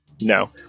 No